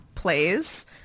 plays